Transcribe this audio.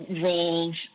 roles